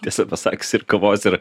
tiesą pasakius ir kavos ir